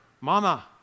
mama